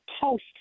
post